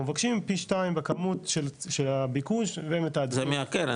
אנחנו מבקשים פי שתיים בכמות של הביקוש והם --- זה מהקרן,